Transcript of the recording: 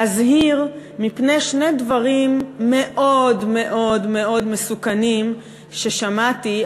להזהיר מפני שני דברים מאוד מסוכנים ששמעתי,